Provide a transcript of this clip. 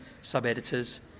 sub-editors